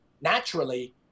naturally